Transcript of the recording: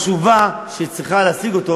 שהיא צריכה להשיג,